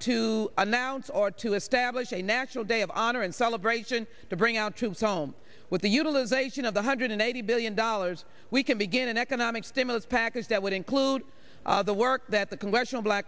to announce or to establish a national day of honor and celebration to bring our troops home with the utilization of the hundred and eighty billion dollars we can begin an economic stimulus package that would include the work that the congressional black